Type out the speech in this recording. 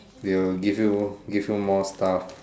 will give you give you more stuff